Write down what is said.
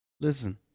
Listen